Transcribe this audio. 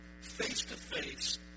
face-to-face